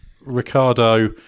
Ricardo